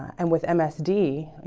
and with msd,